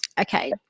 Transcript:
okay